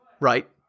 right